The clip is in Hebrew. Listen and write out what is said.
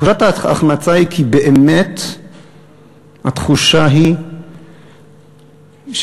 תחושת ההחמצה היא כי באמת התחושה היא שמלבד